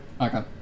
Okay